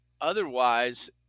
Otherwise